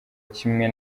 kimwe